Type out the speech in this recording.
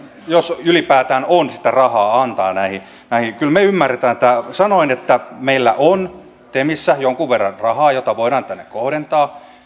jos ylipäätään on sitä rahaa antaa näihin näihin kyllä me ymmärrämme tämän sanoin että meillä on temissä jonkun verran rahaa jota voidaan tänne kohdentaa